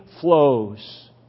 flows